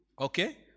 Okay